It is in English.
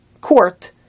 court